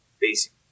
basic